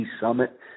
summit